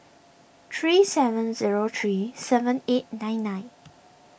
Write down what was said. three seven zero three seven eight nine nine